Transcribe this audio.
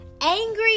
angry